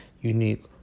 unique